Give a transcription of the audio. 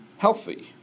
Healthy